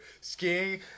Skiing